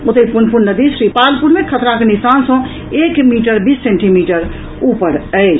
ओतहि पुनपुन नदी श्रीपालपुर मे खतराक निशान सँ एक मीटर बीस सेंटीमीटर ऊपर अछि